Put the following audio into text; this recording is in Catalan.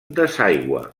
desaigua